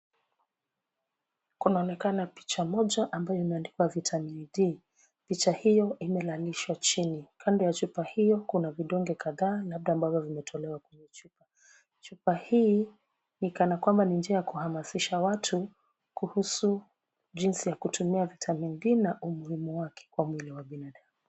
Kunaonekana picha moja ambayo imeandikwa vitamin D .Picha hiyo imelalishwa chini. Kando ya chupa hiyo kuna vidonge kadhaa labda ambavyo vimetolewa kwenye chupa. Chupa hii ni kana kwamba ni njia ya kuhamasisha watu kuhusu jinsi ya kutumia vitaminD na umuhimu wake kwa mwili wa binadamu.